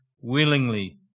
willingly